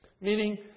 meaning